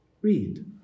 Read